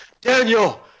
Daniel